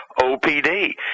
OPD